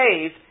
saved